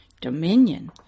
dominion